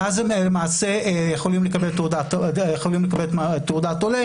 ואז הם למעשה יכולים לקבל תעודת עולה